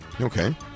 Okay